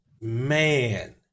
man